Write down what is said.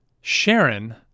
Sharon